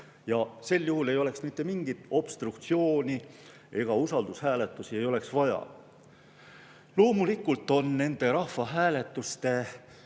Sel juhul ei oleks mitte mingit obstruktsiooni ega usaldushääletusi, neid ei oleks vaja. Loomulikult on rahvahääletuste